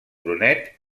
brunet